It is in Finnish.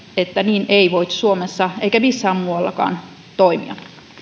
että niin ei voi suomessa eikä missään muuallakaan toimia